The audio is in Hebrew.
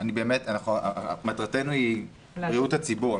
מטרתנו היא בריאות הציבור,